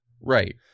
Right